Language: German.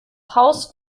haus